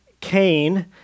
Cain